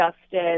justice